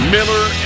Miller